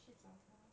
去找他